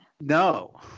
No